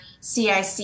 CIC